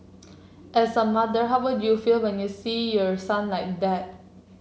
as a mother how would you feel when you see your son like that